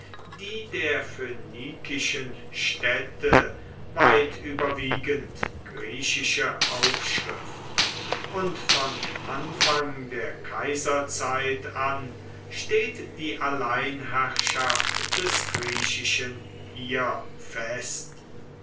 die der phönikischen städte weit überwiegend griechische aufschrift und von anfang der kaiserzeit an steht die alleinherrschaft des griechischen hier fest